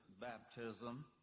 baptism